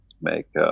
make